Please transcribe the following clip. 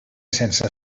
sense